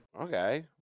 Okay